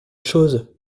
chose